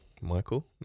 Michael